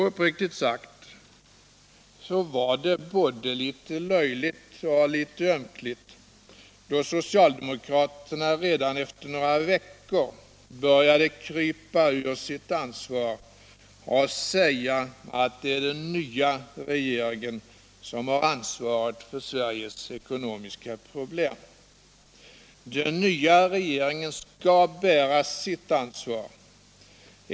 Uppriktigt sagt var det både litet löjligt och litet ömkligt, då socialdemokraterna redan efter några veckor började krypa ur sitt ansvar och säga att det är den nya regeringen som har ansvaret för Sveriges ekonomiska problem. Den nya regeringen skall bära sitt ansvar.